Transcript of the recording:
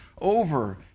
over